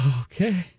Okay